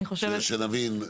שנבין.